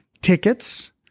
tickets